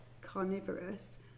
carnivorous